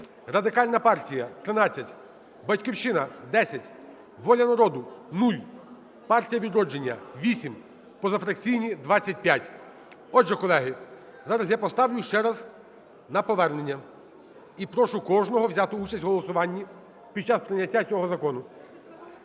Радикальна партія – 13, "Батьківщина" – 10, "Воля народу" – 0, "Партія "Відродження" – 8, позафракційні – 25. Отже, колеги, зараз я поставлю ще раз на повернення. І прошу кожного взяти участь в голосуванні під час прийняття цього закону.